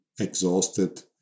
exhausted